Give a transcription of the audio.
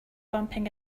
bumping